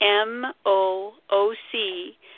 M-O-O-C